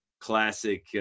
classic